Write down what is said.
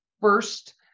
first